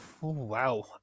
wow